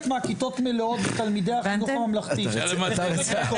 מהכיתות מלאות בתלמידי החינוך הממלכתי -- אתה רציני?